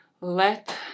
let